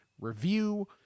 review